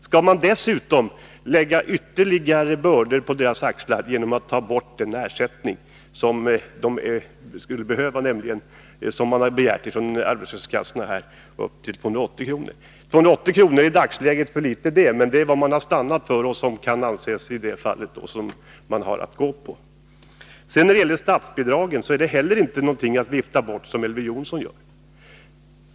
Skall man dessutom lägga ytterligare bördor på dessa människors axlar genom att ta bort den rätt till ersättning som de skulle behöva? Det gäller den ersättning från arbetslöshetskassorna på upp till 280 kr. som man har begärt. Redan 280 kr. är i dagsläget för litet. Men det är det belopp som man har stannat för och som kan anses vara det man i detta fall har att gå efter. Inte heller frågan om statsbidragen är någonting som man kan vifta bort på det sätt som Elver Jonsson gör.